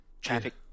Traffic